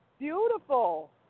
Beautiful